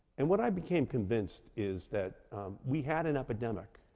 and what i became convinced is that we had an epidemic,